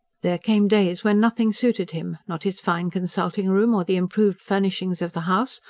there came days when nothing suited him not his fine consulting room, or the improved furnishings of the house,